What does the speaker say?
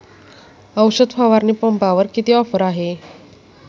औषध फवारणी पंपावर किती ऑफर आहे?